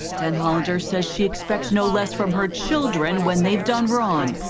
denhollander says she expects no less from her children when they have done wrong.